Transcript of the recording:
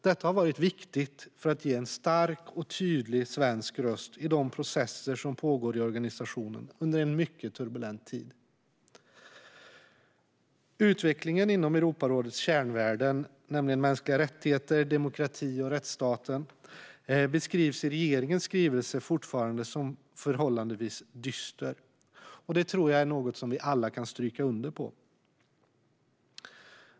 Detta har varit viktigt för att ge en stark och tydlig svensk röst i de processer som pågår i organisationen under en mycket turbulent tid. Utvecklingen inom Europarådets kärnvärden, nämligen mänskliga rättigheter, demokrati och rättsstaten, beskrivs i regeringens skrivelse fortfarande som förhållandevis dyster. Det är något jag tror att vi alla kan skriva under på.